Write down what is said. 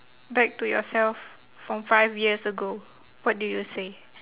back to yourself from five years ago what do you say